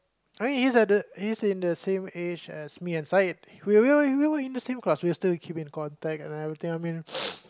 I think he's the at the he's in the same age as me and Sahid we were we were in the same class we still keep in contact and everything I mean